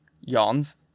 yawns